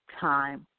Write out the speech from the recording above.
time